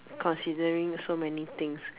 considering so many things